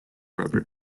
robert